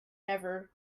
never